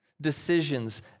decisions